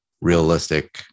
realistic